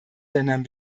ländern